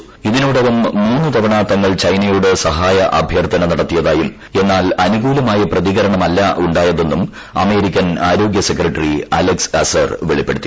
കൂള്തീനോടകം മൂന്നുതവണ തങ്ങൾ ചൈനയോട് സഹായ അഭ്യർത്ഥ്ന നടത്തിയതായും എന്നാൽ അനുകൂലമായ പ്രതികരണമല്ല ഉണ്ടായ്തെന്നും അമേരിക്കൻ ആരോഗ്യ സെക്രട്ടറി അലക്സ് അസർ വ്യെളിപ്പെടുത്തി